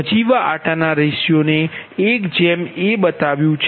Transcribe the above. નજીવા આટાં ના રેશિયોને 1 a બતાવ્યુ છે